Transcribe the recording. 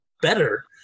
better